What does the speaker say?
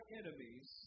enemies